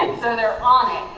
so they're on it.